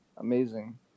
amazing